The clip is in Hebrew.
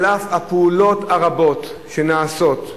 על אף הפעולות הרבות שנעשות,